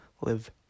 live